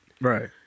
Right